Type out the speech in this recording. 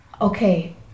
Okay